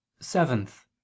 Seventh